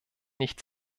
nicht